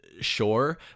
sure